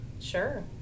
Sure